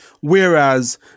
whereas